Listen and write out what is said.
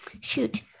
Shoot